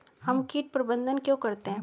हम कीट प्रबंधन क्यों करते हैं?